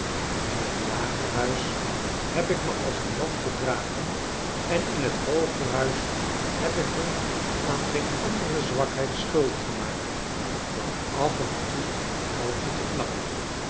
in het lagerhuis heb ik me als een man gedragen en in t hoogerhuis heb ik me aan geen andere zwakheid schuldig gemaakt dan af en toe een uiltje te knappen